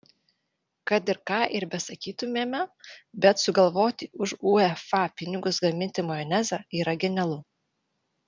kad ir ką ir besakytumėme bet sugalvoti už uefa pinigus gaminti majonezą yra genialu